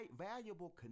valuable